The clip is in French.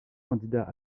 candidats